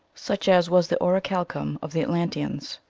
such as was the orichalcum of the atlan teans.